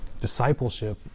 Discipleship